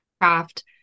craft